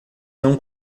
não